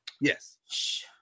yes